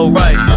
right